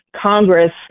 Congress